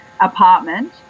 apartment